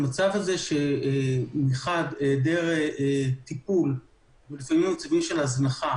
המצב הזה שמחד היעדר טיפול ולפעמים מצבים של הזנחה